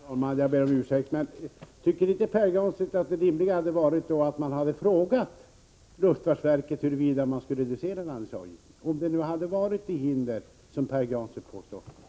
Herr talman! Jag ber om ursäkt, Pär Granstedt, men tycker inte Pär Granstedt att det rimliga hade varit att man hade frågat luftfartsverket huruvida landningsavgiften kunde reduceras — om den nu hade varit det hinder som Pär Granstedt påstår att den är?